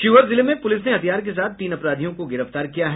शिवहर जिले में पुलिस ने हथियार के साथ तीन अपराधियों को गिरफ्तार किया है